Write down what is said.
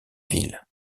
ville